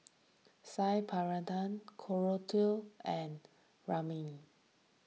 Saag Korokke and Rajma